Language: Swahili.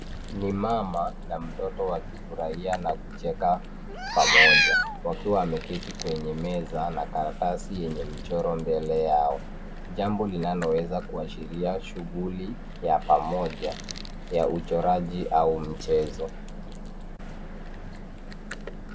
Ni mama na mtoto wakifurahia na kucheka pamoja wakiwa wameketi kwenye meza na kartasi yenye mchoro mbele yao. Jambo linanoweza kuashiria shughuli ya pamoja, ya uchoraji au mchezo.